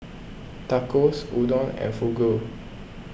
Tacos Udon and Fugu